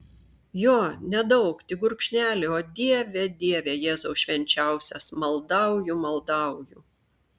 jo nedaug tik gurkšnelį o dieve dieve jėzau švenčiausias maldauju maldauju